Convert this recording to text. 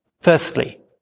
Firstly